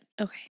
Okay